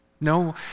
No